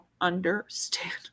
understand